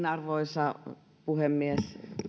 arvoisa puhemies